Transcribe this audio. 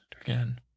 again